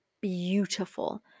beautiful